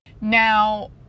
Now